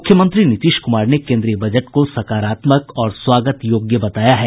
मुख्यमंत्री नीतीश कुमार ने केन्द्रीय बजट को सकारात्मक और स्वागत योग्य बताया है